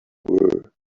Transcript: where